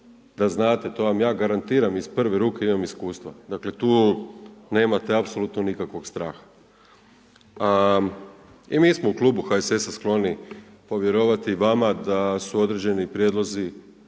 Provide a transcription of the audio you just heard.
prvo, evo to vam ja garantiram iz prve ruke, imam iskustva, dakle tu nemate apsolutno nikakvog straha. I mi smo u klubu HSS-a skloni povjerovati vama da su određeni prijedlozi